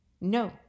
No